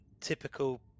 typical